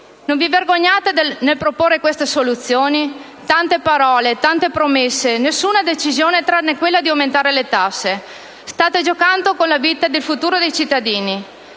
Non vi vergognate nel proporre queste soluzioni? Tante parole, tante promesse, ma nessuna decisione tranne quella di aumentare le tasse. State giocando con la vita ed il futuro dei cittadini.